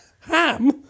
Ham